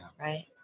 Right